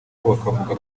bakavuga